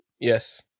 Yes